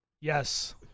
Yes